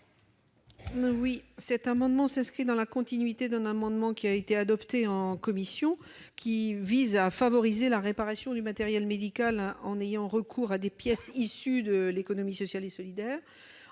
Ces dispositions s'inscrivent dans la continuité d'un amendement adopté en commission afin de favoriser la réparation du matériel médical en ayant recours à des pièces issues de l'économie sociale et solidaire.